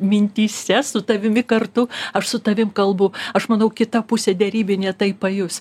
mintyse su tavimi kartu aš su tavim kalbu aš manau kita pusė derybinė tai pajus